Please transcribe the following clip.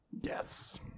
yes